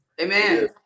Amen